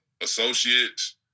associates